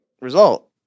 result